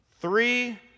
three